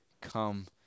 come